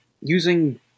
using